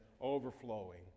overflowing